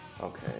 Okay